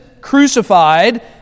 crucified